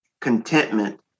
contentment